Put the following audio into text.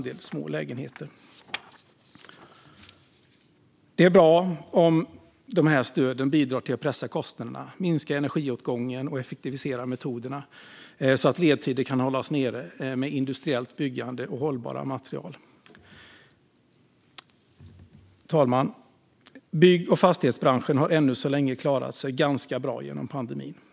Det är bra om stöden bidrar till att pressa kostnaderna, minska energiåtgången och effektivisera metoderna, så att ledtider kan hållas nere med industriellt byggande och hållbara material. Fru talman! Bygg och fastighetsbranschen har än så länge klarat sig ganska bra genom pandemin.